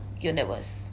universe